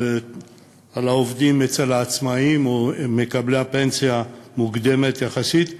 העובדים העצמאים ומקבלי הפנסיה מוקדם יחסית.